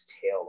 tail